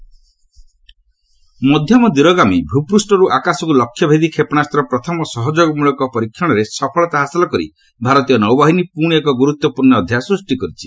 navy firing ମଧ୍ୟମ ଦୂରଗାମୀ ଭୂପ୍ଦୃଷ୍ଠରୁ ଆକାଶକୁ ଲକ୍ଷ୍ୟ ଭେଦୀ କ୍ଷେପଣାସ୍ତ୍ରର ପ୍ରଥମ ସହଯୋଗମ୍ବଳକ ପରୀକ୍ଷଣରେ ସଫଳତା ହାସଲ କରି ଭାରତୀୟ ନୌବାହିନୀ ପୁଣି ଏକ ଗୁରୁତ୍ୱପୂର୍ଣ୍ଣ ଅଧ୍ୟାୟ ସ୍ପଷ୍ଟି କରିଛି